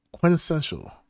quintessential